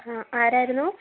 ആ ആരായിരുന്നു